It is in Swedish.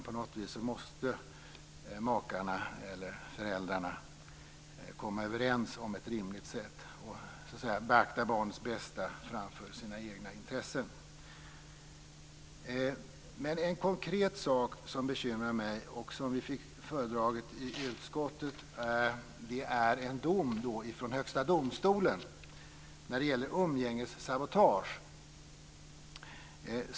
På något vis måste makarna eller föräldrarna komma överens om ett rimligt sätt att beakta barnens bästa framför sina egna intressen. En konkret sak som bekymrar mig som vi fick föredragit i utskottet är en dom från Högsta domstolen när det gäller umgängessabotage.